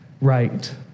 right